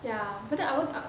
ya but then I won't err